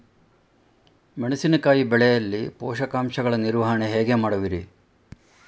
ಮೆಣಸಿನಕಾಯಿ ಬೆಳೆಯಲ್ಲಿ ಪೋಷಕಾಂಶಗಳ ನಿರ್ವಹಣೆ ಹೇಗೆ ಮಾಡುವಿರಿ?